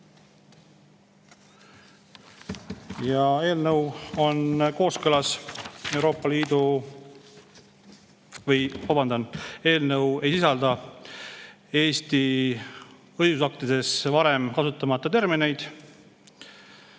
Eelnõu on kooskõlas Euroopa Liidu ... Vabandan. Eelnõu ei sisalda Eesti õigusaktides varem kasutamata termineid.